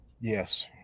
Yes